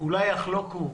אולי יחלוקו,